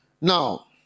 now